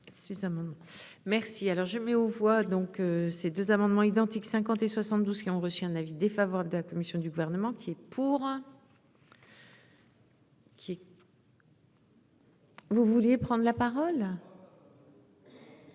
Merci alors je mets aux voix donc ces deux amendements identiques, 58 72, qui ont reçu un avis défavorable de la commission du gouvernement qui. Pour. Qui. Vous vouliez prendre la parole.